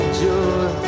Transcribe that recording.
joy